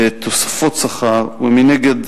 לתוספות השכר, ומנגד,